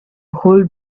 hold